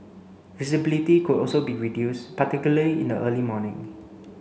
visibility could also be reduced particularly in the early morning